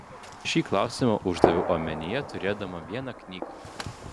šį klausimą uždaviau omenyje turėdama vieną knygą